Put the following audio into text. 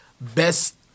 best